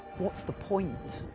what's the point?